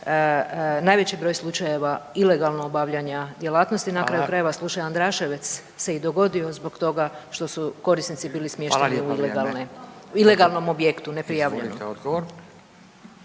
najveći broj slučajeva ilegalnog obavljanja djelatnosti. …/Upadica Radin: Hvala./… Na kraju krajeva slučaj Andraševec se i dogodio zbog toga što su korisnici bili smješteni u ilegalnom objektu, neprijavljenom.